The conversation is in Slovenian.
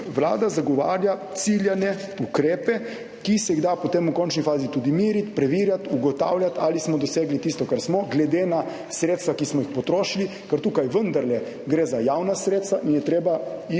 Vlada zagovarja ciljane ukrepe, ki se jih da potem v končni fazi tudi meriti, preverjati, ugotavljati, ali smo dosegli tisto kar smo glede na sredstva, ki smo jih potrošili. Ker tukaj vendarle gre za javna sredstva in je treba jih